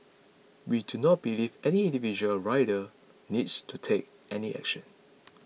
we do not believe any individual rider needs to take any action